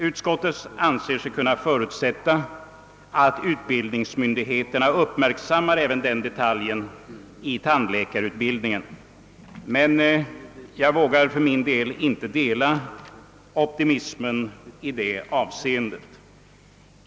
Utskottet anser sig kunna förutsätta att utbildningsmyndigheterna uppmärksammar även denna detalj i tandläkarutbildningen, men jag vågar för min del inte dela optimismen i detta avseende.